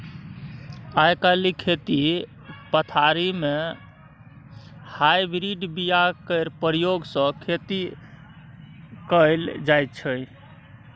आइ काल्हि खेती पथारी मे हाइब्रिड बीया केर प्रयोग सँ खेती कएल जाइत छै